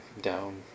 down